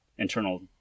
internal